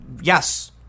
yes